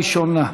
נתקבלה.